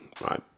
right